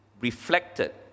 reflected